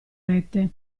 rete